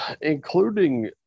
including